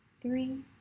three